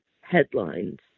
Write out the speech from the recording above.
headlines